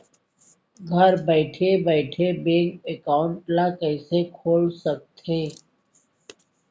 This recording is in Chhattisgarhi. घर बइठे बइठे बैंक एकाउंट ल कइसे खोल सकथे?